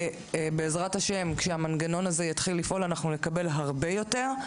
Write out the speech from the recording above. ובעזרת השם כשהמנגנון הזה יתחיל לפעול אנחנו נקבל הרבה יותר.